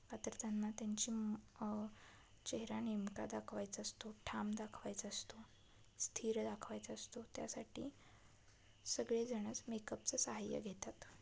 का तर त्यांना त्यांची चेहरा नेमका दाखवायचा असतो ठाम दाखवायचा असतो स्थिर दाखवायचा असतो त्यासाठी सगळेजणंच मेकअपचं साहाय्य घेतात